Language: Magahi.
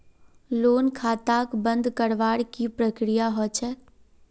लोन खाताक बंद करवार की प्रकिया ह छेक